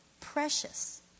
precious